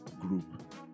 group